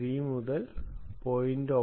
3 മുതൽ 0